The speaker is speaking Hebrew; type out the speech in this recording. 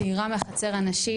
צעירה מ"החצר הנשית".